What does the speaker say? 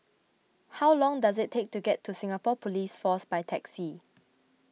how long does it take to get to Singapore Police Force by taxi